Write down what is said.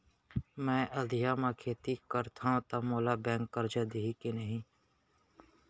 मैं अधिया म खेती करथंव त मोला बैंक करजा दिही के नही?